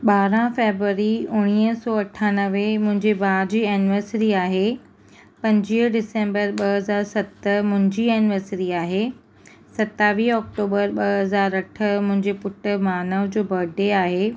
ॿारहां फेबवरी उणिवीह सौ अठानवे मुंहिंजे भाउ जी एनिवर्सरी आहे पंजवीह डिसेंबर ॿ हज़ार सत मुंहिंजी एनिवर्सरी आहे सतावीह ऑक्टोबर ॿ हज़ार अठ मुंहिंजे पुटु मानव जो बर्थडे आहे